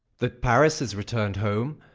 that paris is returned home,